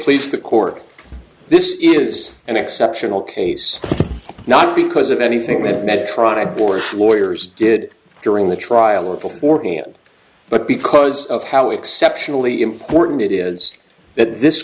please the court this is an exceptional case not because of anything that medtronic board lawyers did during the trial or before but because of how exceptionally important it is that this